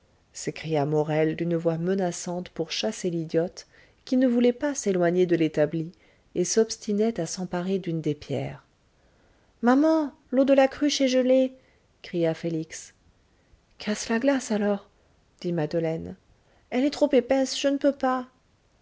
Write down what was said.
s'écria morel d'une voix menaçante pour chasser l'idiote qui ne voulait pas s'éloigner de l'établi et s'obstinait à s'emparer d'une des pierres maman l'eau de la cruche est gelée cria félix casse la glace alors dit madeleine elle est trop épaisse je ne peux pas